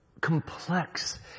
complex